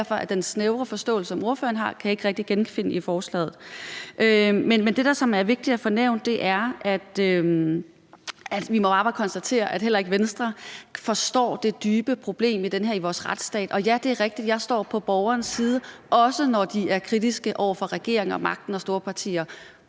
finde den snævre forståelse, som ordføreren har, i forslaget. Men det, der er vigtigt at få nævnt, er, at vi bare må konstatere, at heller ikke Venstre forstår det dybe problem ved det her i forhold til vores retsstat. Og ja, det er rigtigt, at jeg står på borgernes side, også når de er kritiske over for regeringen, magten og de store partier.